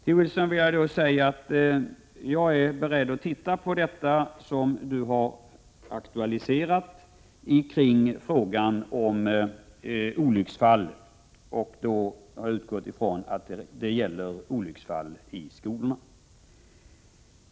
Till Carl-Johan Wilson vill jag säga att jag är beredd att se över det som han har aktualiserat vad gäller frågan om olycksfall, och jag har då utgått från att det gäller olycksfall i skolorna.